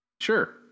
Sure